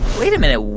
wait a minute.